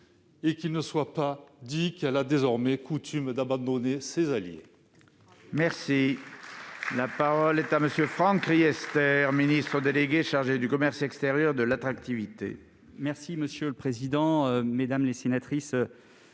et qu'il ne soit pas dit qu'elle a désormais coutume d'abandonner ses alliés